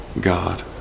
God